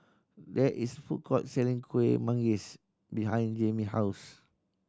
there is food court selling Kuih Manggis behind Jayme house